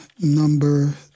number